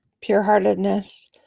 pure-heartedness